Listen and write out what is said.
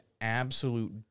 absolute